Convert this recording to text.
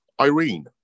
Irene